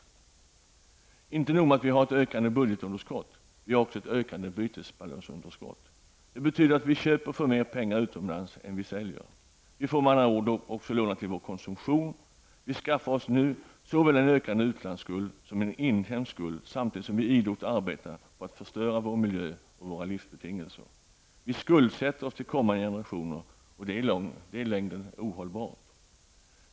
Inte nog med att vi har ett ökande budgetunderskott. Vi har också ett ökande bytesbalansunderskott. Det betyder att vi köper för mer pengar utomlands än vi säljer. Vi får med andra ord låna till vår konsumtion också. Vi skaffar oss nu såväl en ökande utlandsskuld som en inhemsk skuld, samtidigt som vi idogt arbetar för att förstöra vår miljö och våra livsbetingelser. Vi skuldsätter oss till kommande generationer. Det är i längden ohållbart.